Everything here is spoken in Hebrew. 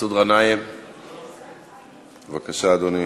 מסעוד גנאים, בבקשה, אדוני.